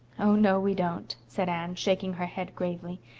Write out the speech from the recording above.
oh, no, we don't, said anne, shaking her head gravely.